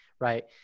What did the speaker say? right